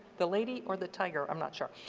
the lady or the tiger i'm not sure.